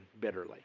bitterly